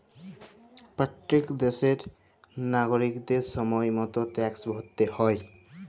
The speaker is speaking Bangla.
প্যত্তেক দ্যাশের লাগরিকদের সময় মত ট্যাক্সট ভ্যরতে হ্যয়